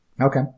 Okay